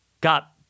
got